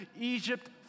Egypt